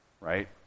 Right